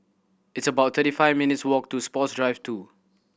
it's about thirty five minutes' walk to Sports Drive Two